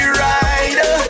rider